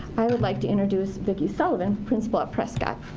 i would like to introduce vicki sullivan, principal at prescott.